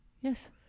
yes